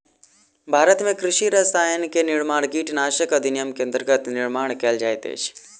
भारत में कृषि रसायन के निर्माण कीटनाशक अधिनियम के अंतर्गत निर्माण कएल जाइत अछि